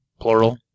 plural